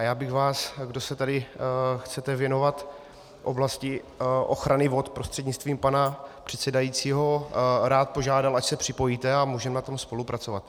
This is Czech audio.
Já bych vás, kdo se tady chcete věnovat oblasti ochrany vod, prostřednictvím pana předsedajícího rád požádal, ať se připojíte a můžeme na tom spolupracovat.